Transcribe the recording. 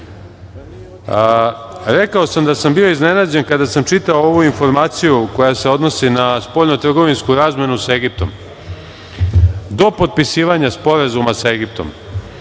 sam da sam bio iznenađen kada sam čitao ovu informaciju koja se odnosi na spoljnotrgovinsku razmenu sa Egiptom. Do potpisivanja sporazuma sa Egiptom,